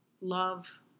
Love